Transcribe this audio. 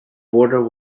border